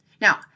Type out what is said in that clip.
Now